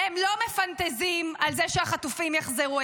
והם לא מפנטזים על זה שהחטופים יחזרו.